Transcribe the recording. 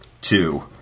Two